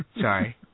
Sorry